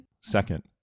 Second